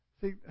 See